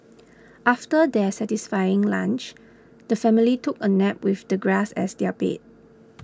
after their satisfying lunch the family took a nap with the grass as their bed